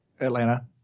Atlanta